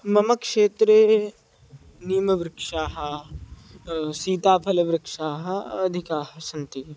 मम क्षेत्रे नीमवृक्षाः सीताफलवृक्षाः अधिकाः सन्ति